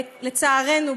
לצערנו,